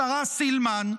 השרה סילמן,